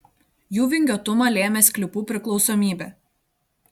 jų vingiuotumą lėmė sklypų priklausomybė